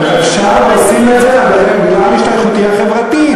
אפשר ועושים את זה בגלל השתייכותי החברתית.